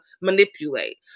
manipulate